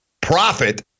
profit